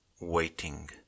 waiting